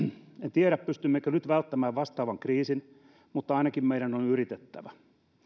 tiedä pystymmekö nyt välttämään vastaavan kriisin mutta ainakin meidän on yritettävä